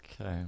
Okay